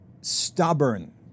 stubborn